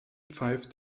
pfeift